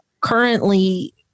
currently